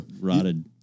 rotted